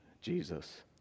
Jesus